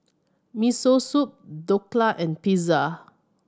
Miso Soup Dhokla and Pizza